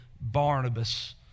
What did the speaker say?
Barnabas